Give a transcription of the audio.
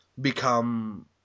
become